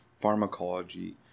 pharmacology